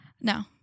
No